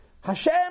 Hashem